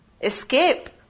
escape